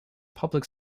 public